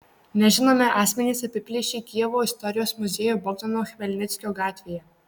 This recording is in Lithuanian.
nežinomi asmenys apiplėšė kijevo istorijos muziejų bogdano chmelnickio gatvėje